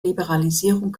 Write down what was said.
liberalisierung